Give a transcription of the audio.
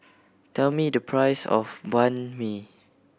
tell me the price of Banh Mi